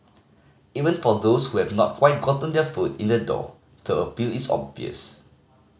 even for those who have not quite gotten their foot in the door the appeal is obvious